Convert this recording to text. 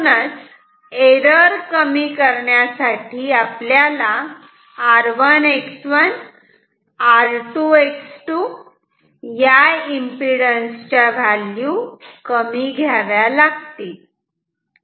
आणि म्हणून एरर कमी करण्यासाठी आपल्याला r1 x1 r2 x2 या एम्पिडन्सेस च्या व्हॅल्यू कमी घ्याव्या लागतील